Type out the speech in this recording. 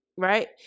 right